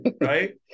Right